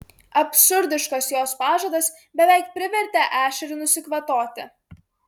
absurdiškas jos pažadas beveik privertė ešerį nusikvatoti